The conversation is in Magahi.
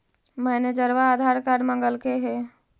मैनेजरवा आधार कार्ड मगलके हे?